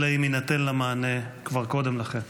אלא אם כן יינתן לה מענה כבר קודם לכן.